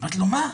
אמרתי לו: מה?